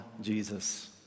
Jesus